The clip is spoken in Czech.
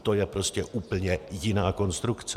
To je prostě úplně jiná konstrukce.